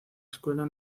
escuela